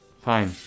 Fine